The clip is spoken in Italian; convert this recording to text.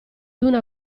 una